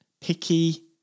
Picky